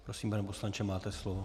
Prosím, pane poslanče, máte slovo.